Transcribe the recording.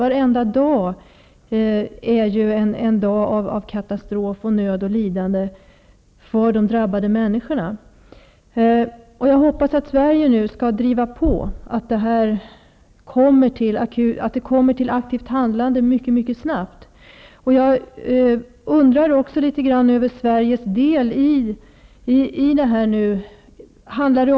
Varenda dag är ju en dag med katastrof, nöd och lidande för de drabbade människorna. Jag hoppas att Sverige skall driva på, så att det mycket snabbt blir ett aktivt handlande.